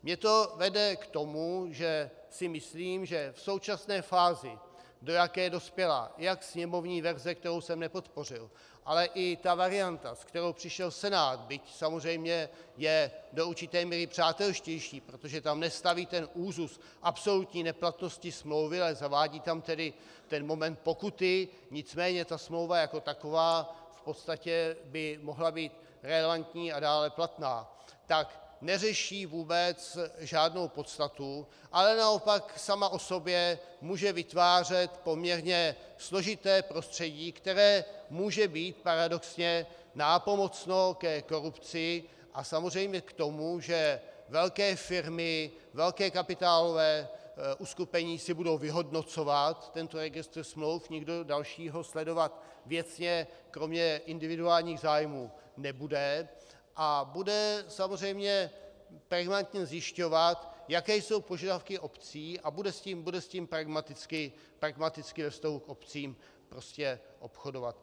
Mne to vede k tomu, že si myslím, že v současné fázi, do jaké dospěla jak sněmovní verze, kterou jsem nepodpořil, tak varianta, se kterou přišel Senát, byť samozřejmě je do určité míry přátelštější, protože tam nestaví ten úzus absolutní neplatnosti smlouvy, ale zavádí tam tedy ten moment pokuty, nicméně ta smlouva jako taková v podstatě by mohla být relevantní a dále platná, tak neřeší vůbec žádnou podstatu, ale naopak sama o sobě může vytvářet poměrně složité prostředí, které může být paradoxně nápomocno ke korupci a samozřejmě k tomu, že velké firmy, velká kapitálová uskupení si budou vyhodnocovat tento registr smluv, nikdo další ho sledovat věcně kromě individuálních zájmů nebude, a budou samozřejmě pregnantně zjišťovat, jaké jsou požadavky obcí, a budou s tím pragmaticky ve vztahu k obcím prostě obchodovat.